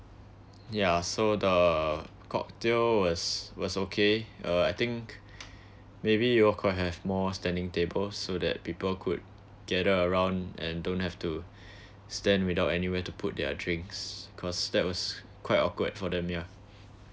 yeah so the cocktail was was okay uh I think maybe you all could have more standing tables so that people could gather around and don't have to stand without anywhere to put their drinks cause that was quite awkward for them yeah